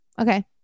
Okay